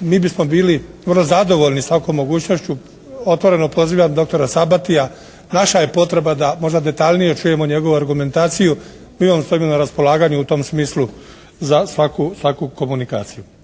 mi bismo bili vrlo zadovoljni svakom mogućnošću otvorenom pozivam doktora Sabatija, naša je potreba da možda detaljnije čujemo njegovu argumentaciju, mi vam stojimo na raspolaganju u tom smislu za svaku komunikaciju.